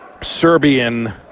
Serbian